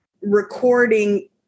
recording